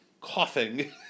coughing